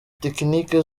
tekinike